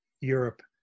Europe